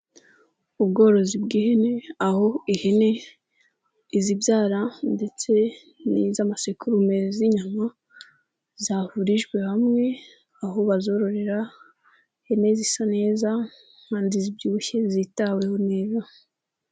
Ubworozi bw'ihene aho ihene izibyara ndetse n'iz'amasekurume z'inyama, zahurijwe hamwe aho bazororera, ihene zisa neza kandi zibyibushye zitaweho neza.